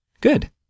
Good